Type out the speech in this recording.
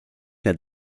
need